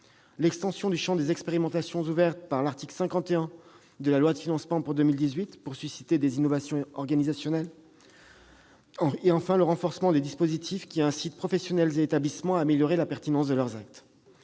l'extension du champ des expérimentations ouvertes par l'article 51 de la loi de financement pour 2018, pour susciter des innovations organisationnelles ; enfin, le renforcement des dispositifs qui incitent professionnels et établissements à améliorer la pertinence de leurs actes.